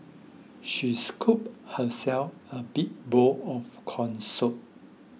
she scooped herself a big bowl of Corn Soup